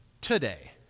today